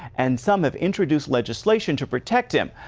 and some have introduced legislation to protect him.